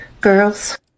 girls